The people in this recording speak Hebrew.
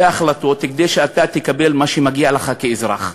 החלטות כדי שאתה תקבל מה שמגיע לך כאזרח.